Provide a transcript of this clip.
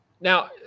Now